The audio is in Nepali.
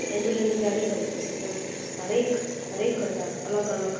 एम्बुलेन्स गाडी भने पछि त हरेक हरेक घण्टा अलग अलग